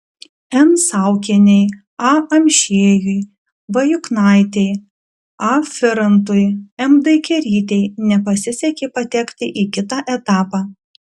n saukienei a amšiejui v juknaitei a firantui m daikerytei nepasisekė patekti į kitą etapą